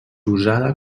usada